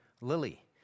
Lily